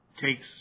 takes